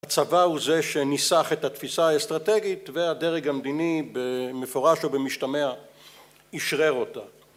הצבא הוא זה שניסח את התפיסה האסטרטגית והדרג המדיני במפורש או במשתמע אישרר אותה